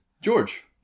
George